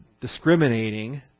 discriminating